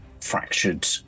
fractured